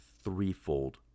threefold